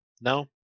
No